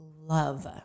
love